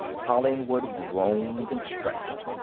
hollingwood groaned and stretched.